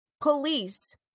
police